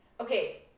Okay